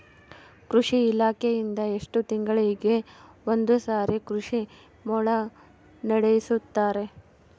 ಕೃಷಿ ಇಲಾಖೆಯಿಂದ ಎಷ್ಟು ತಿಂಗಳಿಗೆ ಒಂದುಸಾರಿ ಕೃಷಿ ಮೇಳ ನಡೆಸುತ್ತಾರೆ?